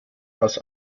aus